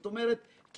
בשורה התחתונה,